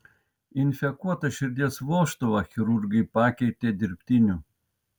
infekuotą širdies vožtuvą chirurgai pakeitė dirbtiniu